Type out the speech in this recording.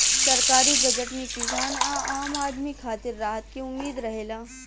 सरकारी बजट में किसान आ आम आदमी खातिर राहत के उम्मीद रहेला